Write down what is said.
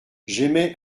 j’émets